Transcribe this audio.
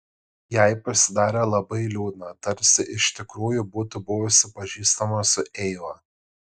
jai pasidarė labai liūdna tarsi iš tikrųjų būtų buvusi pažįstama su eiva